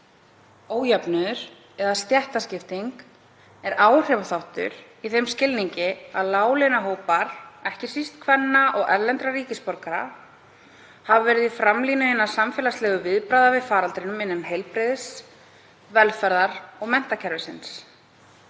Ójöfnuður eða stéttaskipting er áhrifaþáttur í þeim skilningi að láglaunahópar, ekki síst kvenna og erlendra ríkisborgara, hafa verið í framlínu hinna samfélagslegu viðbragða við faraldrinum innan heilbrigðis-, velferðar- og menntakerfisins.